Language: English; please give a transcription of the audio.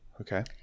Okay